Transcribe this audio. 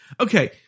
Okay